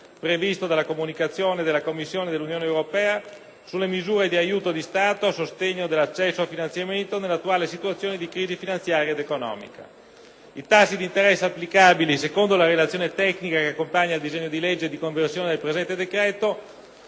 previsto dalla comunicazione della Commissione dell'Unione europea sulle misure di aiuto di Stato a sostegno dell'accesso al finanziamento nell'attuale situazione di crisi finanziaria ed economica. Il tasso di interesse applicabile, secondo la relazione tecnica che accompagna il disegno di legge di conversione del presente decreto,